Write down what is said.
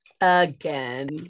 Again